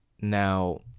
Now